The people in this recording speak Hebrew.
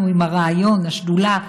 השדולה,